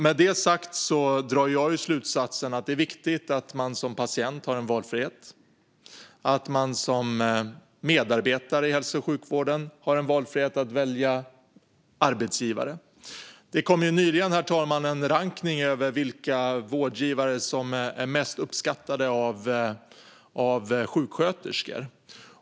Mot den bakgrunden drar jag slutsatsen att det är viktigt att man som patient har en valfrihet och att man som medarbetare i hälso och sjukvården har en valfrihet när det gäller arbetsgivare. Herr talman! Det kom nyligen en rankning över vilka vårdgivare som är mest uppskattade av sjuksköterskor.